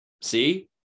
See